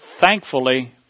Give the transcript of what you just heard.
thankfully